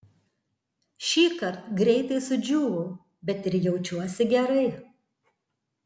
šįkart greitai sudžiūvau bet ir jaučiuosi gerai